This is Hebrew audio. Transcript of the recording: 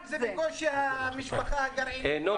בקושי המשפחה הגרעינית.